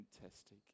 fantastic